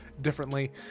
differently